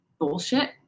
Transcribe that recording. bullshit